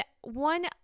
one